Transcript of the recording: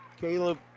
Caleb